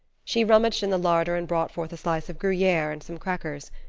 she rummaged in the larder and brought forth a slice of gruyere and some crackers.